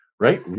right